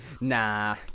Nah